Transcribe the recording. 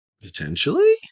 Potentially